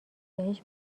بهش